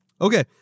Okay